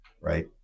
right